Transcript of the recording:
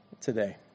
today